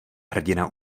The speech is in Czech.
hrdina